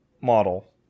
model